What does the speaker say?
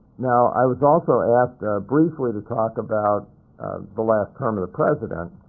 now, i was also asked briefly to talk about the last term of the president.